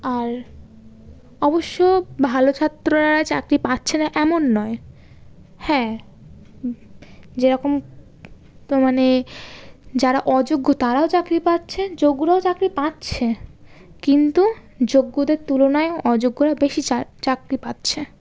আর অবশ্য ভালো ছাত্ররা চাকরি পাচ্ছে না এমন নয় হ্যাঁ যেরকম তো মানে যারা অযোগ্য তারাও চাকরি পাচ্ছে যোগ্যরাও চাকরি পাচ্ছে কিন্তু যোগ্যদের তুলনায় অযোগ্যরা বেশি চা চাকরি পাচ্ছে